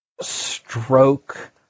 Stroke